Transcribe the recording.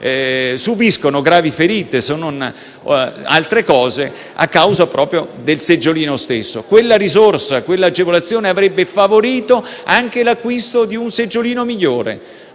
subiscono gravi ferite, se non altro, proprio a causa dello stesso seggiolino. Quelle risorse e quell'agevolazione avrebbero favorito anche l'acquisto di un seggiolino migliore.